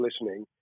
listening